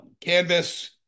canvas